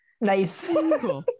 nice